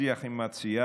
ולאחר שיח עם המציעה,